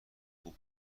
خوب